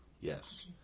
Yes